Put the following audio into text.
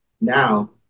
now